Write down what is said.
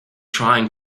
trying